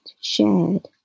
shared